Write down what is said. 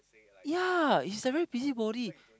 ya is like very busy body